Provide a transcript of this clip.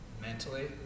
mentally